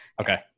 okay